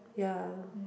ya